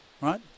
right